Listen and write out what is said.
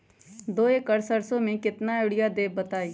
दो एकड़ सरसो म केतना यूरिया देब बताई?